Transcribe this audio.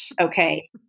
Okay